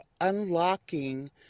unlocking